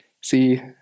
see